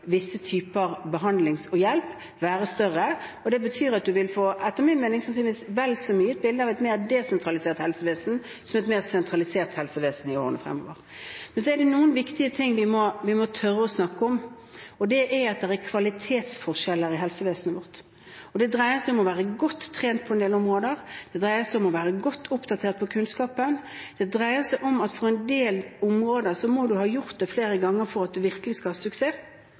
få vel så mye et bilde av et desentralisert helsevesen som et sentralisert helsevesen i årene fremover. Men så er det noen viktige ting vi må tørre å snakke om. Det er at det er kvalitetsforskjeller i helsevesenet vårt. Det dreier seg om å være godt trent på en del områder, det dreier seg om å være godt oppdatert på kunnskap, det dreier seg om at på en del områder må en ha gjort det flere ganger for at en virkelig skal ha suksess,